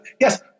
Yes